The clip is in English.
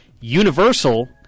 Universal